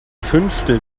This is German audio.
fünftel